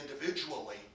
individually